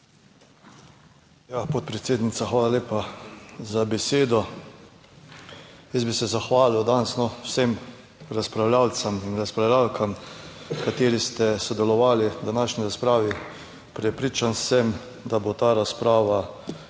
podpredsednica, hvala lepa za besedo. Jaz bi se zahvalil danes vsem razpravljavcem in razpravljavkam kateri ste sodelovali v današnji razpravi. Prepričan sem, da bo ta razprava